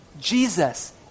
Jesus